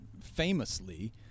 famously